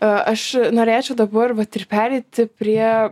aš norėčiau dabar vat ir pereiti prie